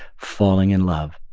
falling in love,